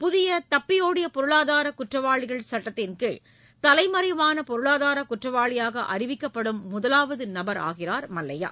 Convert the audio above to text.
புதிய தப்பியோடிய பொருளாதார குற்றவாளிகள் சட்டத்தின் கீழ் தலைமறைவான பொருளாதார குற்றவாளியாக அறிவிக்கப்படும் முதலாவது நபராகிறார் மல்லையா